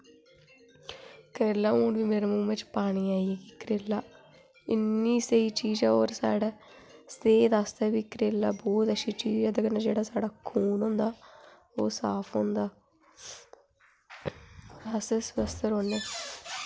करेला हून बी मेरे मूहं च पानी आई गेआ करेला इन्नी स्हेई चीज होर साढ़ा ते सेह्त आस्तै बी करेला बहुत अच्छी चीज ऐ ते ओह्दे कन्नै जेह्ड़ा साढ़ा खून होंदा ओह् साफ होंदा अस इस आस्तै रौह्न्ने